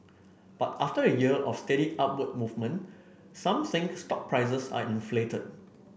but after a year of steady upward movement some think stock prices are inflated